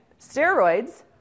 Steroids